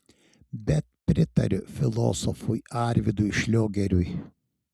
bet pritariu filosofui arvydui šliogeriui